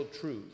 truth